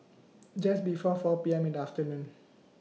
Just before four PM in The afternoon